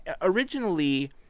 originally